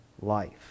life